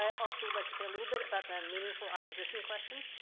also would like to say a little bit about the meaningful opposition question.